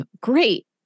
great